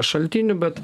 šaltinių bet